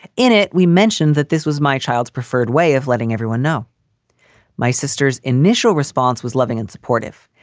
in it, we mentioned that this was my child's preferred way of letting everyone know my sisters initial response was loving and supportive.